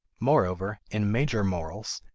moreover, in major morals,